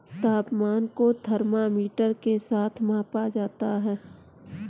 तापमान को थर्मामीटर के साथ मापा जाता है